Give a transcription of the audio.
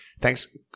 Thanks